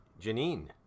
Janine